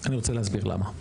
אני רוצה להסביר למה.